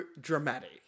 dramatic